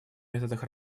методах